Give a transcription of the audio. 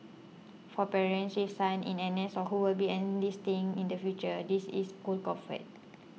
for parents she sons in N S or who will be enlisting in the future this is cold comfort